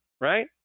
right